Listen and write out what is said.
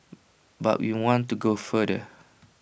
but we want to go further